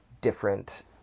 different